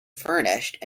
furnished